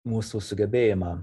mūsų sugebėjimą